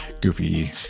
goofy